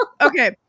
okay